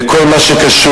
בכל מה שקשור